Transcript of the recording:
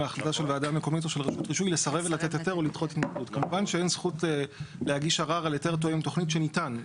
יש לך הזדמנות אחרונה.